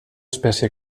espècie